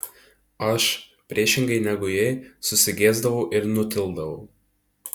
aš priešingai negu ji susigėsdavau ir nutildavau